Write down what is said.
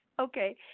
Okay